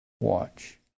watch